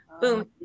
boom